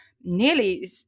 Nearly